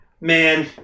Man